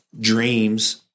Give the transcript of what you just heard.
dreams